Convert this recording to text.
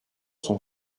sont